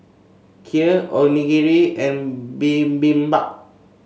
Kheer Onigiri and Bibimbap